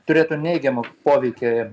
turėtų neigiamą poveikį